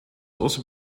also